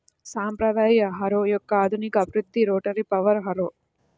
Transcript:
సాంప్రదాయ హారో యొక్క ఆధునిక అభివృద్ధి రోటరీ పవర్ హారో